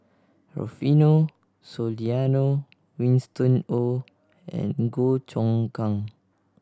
Rufino Soliano Winston Oh and Goh Choon Kang